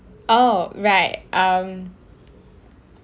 oh right um